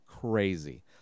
crazy